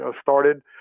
started